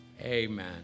Amen